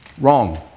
Wrong